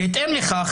בהתאם לכך,